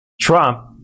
Trump